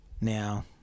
now